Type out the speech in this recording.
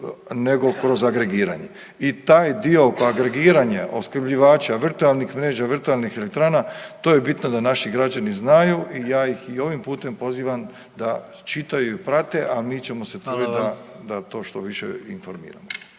nego kroz agregiranje. I taj dio oko agregiranja opskrbljivača, virtualnih mreža, virtualnih elektrana to je bitno da naši građani znaju i ja ih i ovim putem pozivam da čitaju i prate, a mi ćemo se truditi …/Upadica: